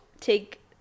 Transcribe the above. take